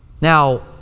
Now